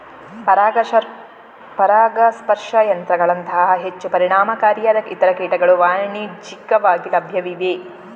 ಪರಾಗಸ್ಪರ್ಶ ಯಂತ್ರಗಳಂತಹ ಹೆಚ್ಚು ಪರಿಣಾಮಕಾರಿಯಾದ ಇತರ ಕೀಟಗಳು ವಾಣಿಜ್ಯಿಕವಾಗಿ ಲಭ್ಯವಿವೆ